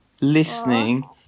listening